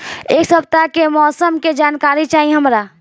एक सपताह के मौसम के जनाकरी चाही हमरा